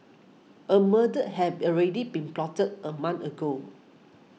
a murder had already been plotted a month ago